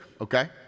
okay